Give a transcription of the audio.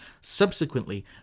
Subsequently